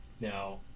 now